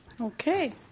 Okay